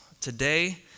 today